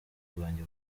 bwanjye